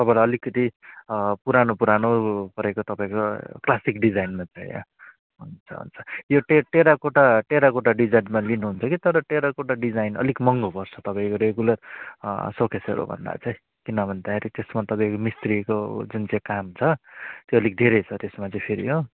तपाईँलाई अलिकति पुरानो पुरानो परेको तपाईँको क्लासिक डिजाइनमा चाहियो हुन्छ हुन्छ यो टे टेराकोटा टेराकोटा डिजाइनमा लिनु हुन्छ कि तर टेराकोटा डिजाइन अलिक महँगो पर्छ तपाईँको रेगुलर सोकेसहरू भन्दा चाहिँ किन भन्दाखेरि त्यसमा तपाईँको मिस्त्रीको जुन चाहिँ काम छ त्यो अलिक धेरै छ त्यसमा फेरि हो